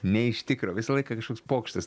ne iš tikro visą laiką kažkoks pokštas